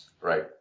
Right